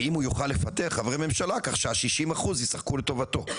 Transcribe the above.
האם הוא יוכל לפטר חברי ממשלה כך שה 60% ישחקו לטובתו?